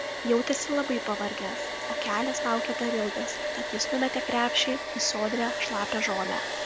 jautėsi labai pavargęs o kelias laukė dar ilgas tad jis numetė krepšį į sodrią šlapią žolę